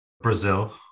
Brazil